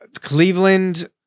Cleveland